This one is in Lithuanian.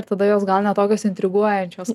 ir tada jos gal ne tokios intriguojančios